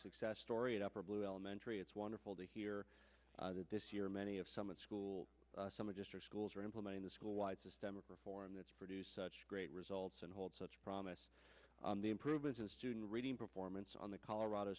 success story of upper blue elementary it's wonderful to hear that this year many of some a school some of district schools are implementing the school wide systemic reform that's produced such great results and hold such promise the improvements in student rating performance on the colorado